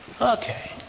okay